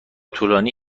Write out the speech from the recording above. طولانی